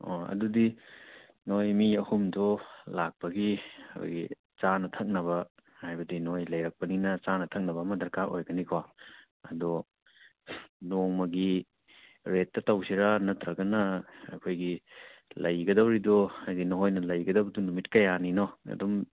ꯑꯣ ꯑꯗꯨꯗꯤ ꯅꯣꯏ ꯃꯤ ꯑꯍꯨꯝꯗꯨ ꯂꯥꯛꯄꯒꯤ ꯑꯩꯈꯣꯏꯒꯤ ꯆꯥꯅ ꯊꯛꯅꯕ ꯍꯥꯏꯕꯗꯤ ꯅꯣꯏ ꯂꯩꯔꯛꯄꯅꯤꯅ ꯆꯥꯅ ꯊꯛꯅꯕ ꯑꯃ ꯗꯔꯀꯥꯔ ꯑꯣꯏꯔꯛꯀꯅꯤꯀꯣ ꯑꯗꯣ ꯅꯣꯡꯃꯒꯤ ꯔꯦꯠꯇ ꯇꯧꯁꯤꯔꯥ ꯅꯠꯇ꯭ꯔꯒꯅ ꯑꯩꯈꯣꯏꯒꯤ ꯂꯩꯒꯗꯧꯔꯤꯗꯨ ꯍꯥꯏꯗꯤ ꯅꯣꯏꯅ ꯂꯩꯒꯗꯧꯕꯗꯨ ꯅꯨꯃꯤꯠ ꯀꯌꯥꯅꯤꯅꯣ ꯑꯗꯨꯝ